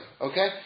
Okay